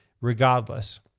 Regardless